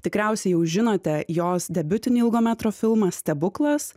tikriausiai jau žinote jos debiutinį ilgo metro filmą stebuklas